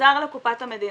הוחזר לקופת המדינה.